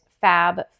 Fab